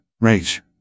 Rage